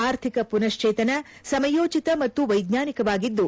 ಆರ್ಥಿಕ ಪುನಶ್ವೇತನ ಸಮಯೋಚಿತ ಮತ್ತು ವೈಜ್ವಾನಿಕವಾಗಿದ್ದು